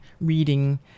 reading